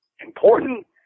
important